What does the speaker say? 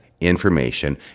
Information